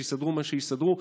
שיסדרו מה שיסדרו,